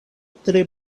tre